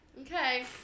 Okay